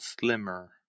slimmer